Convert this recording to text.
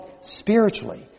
spiritually